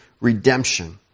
redemption